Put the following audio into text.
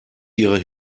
ihre